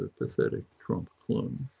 ah pathetic trump clone.